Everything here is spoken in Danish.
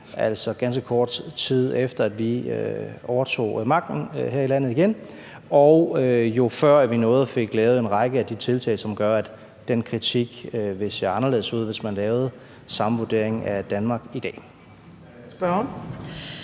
altså ganske kort tid efter, at vi overtog magten her i landet igen, og det var jo, før vi nåede at få lavet en række af de tiltag, som gør, at den kritik vil se anderledes ud, hvis man lavede samme vurdering af Danmark i dag.